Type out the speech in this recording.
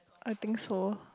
I think so